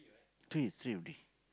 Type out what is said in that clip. three three only